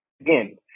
Again